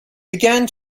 began